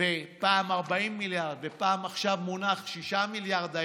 ופעם 40 מיליארד, ופעם, עכשיו מונחים 6 מיליארד,